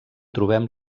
trobem